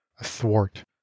athwart